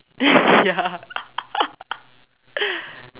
ya